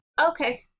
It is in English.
Okay